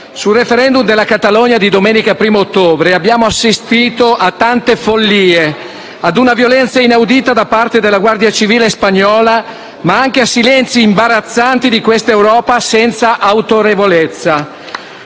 Sul *referendum* della Catalogna di domenica 1° ottobre abbiamo assistito a tante follie, una violenza inaudita da parte della Guardia civile spagnola, ma anche a silenzi imbarazzanti di questa Europa senza autorevolezza.